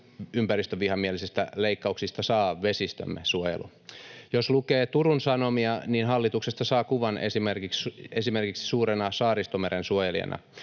ympäristövihamielisistä leikkauksista saa vesistömme suojelu. Jos lukee Turun Sanomia, niin hallituksesta saa kuvan esimerkiksi suurena Saaristomeren suojelijana,